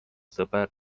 sõber